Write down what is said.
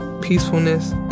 peacefulness